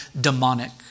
demonic